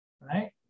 right